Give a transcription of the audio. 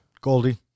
Goldie